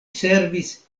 servis